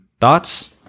thoughts